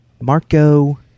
Marco